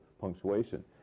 punctuation